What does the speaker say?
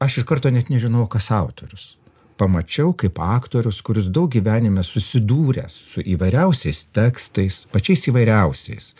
aš iš karto net nežinojau kas autorius pamačiau kaip aktorius kuris daug gyvenime susidūręs su įvairiausiais tekstais pačiais įvairiausiais